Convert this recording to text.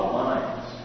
lines